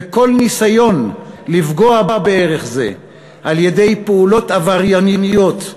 וכל ניסיון לפגוע בערך זה על-ידי פעולות עברייניות,